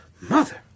Mother